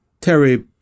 Terry